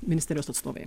ministerijos atstovai